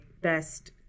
best